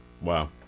Wow